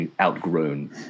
outgrown